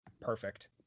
Perfect